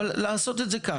אבל לעשות את זה כך,